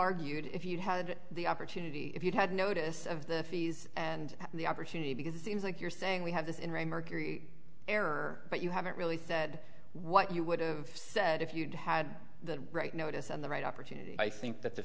argued if you had the opportunity if you'd had notice of the fees and the opportunity because it seems like you're saying we have this in right mercury error but you haven't really said what you would have said if you'd had the right notice and the right opportunity i think that the